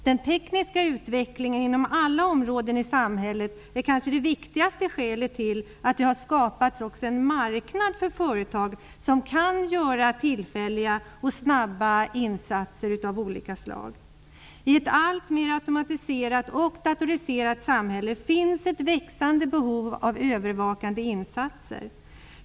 Den tekniska utvecklingen inom alla områden i samhället är ett av de viktigaste skälen till att det har skapats en marknad för företag som kan göra tillfälliga och snabba insatser av olika slag. I ett alltmer automatiserat och datoriserat samhälle finns ett växande behov av övervakande insatser.